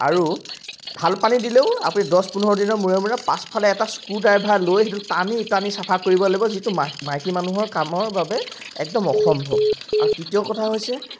আৰু ভাল পানী দিলেও আপুনি দছ পোন্ধৰ দিনৰ মূৰে মূৰে পাছফালে এটা স্ক্ৰু ড্ৰাইভাৰ লৈ সেইটো টানি টানি চাফা কৰিব লাগিব যিটো ম মাইকী মানুহৰ কামৰ বাবে একদম অসম্ভৱ আৰু তৃতীয় কথা হৈছে